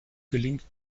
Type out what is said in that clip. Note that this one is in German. gelingt